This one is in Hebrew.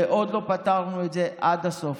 ועוד לא פתרנו את זה עד הסוף.